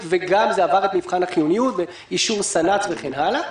וגם זה עבר את מבחן החיוניות ואישור סנ"צ וכן הלאה.